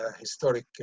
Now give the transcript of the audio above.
historic